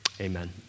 amen